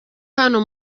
hano